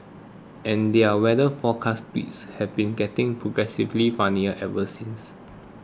and their weather forecast tweets have been getting progressively funnier ever since